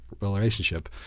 relationship